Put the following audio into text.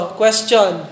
question